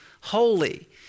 holy